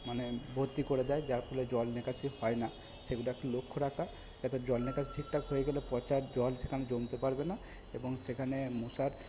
মানে ভত্তি করে দেয় যার ফলে জল নিকাশি হয় না সেগুলো একটু ল লক্ষ্য রাখা যাতে জল নিকাশ ঠিকঠাক হয়ে গেলে পচা জল সেখানে জমতে পারবে না এবং সেখানে মশার